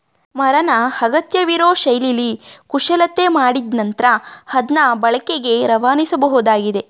ಮರನ ಅಗತ್ಯವಿರೋ ಶೈಲಿಲಿ ಕುಶಲತೆ ಮಾಡಿದ್ ನಂತ್ರ ಅದ್ನ ಬಳಕೆಗೆ ರವಾನಿಸಬೋದಾಗಿದೆ